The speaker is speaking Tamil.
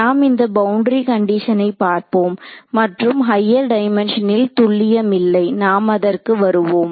நாம் இந்த பவுண்டரி கண்டிஷனை பார்ப்போம் மற்றும் ஹையர் டைமென்ஷன்னில் துல்லியம் இல்லை நாம் அதற்கு வருவோம்